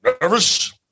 Nervous